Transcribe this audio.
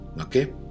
Okay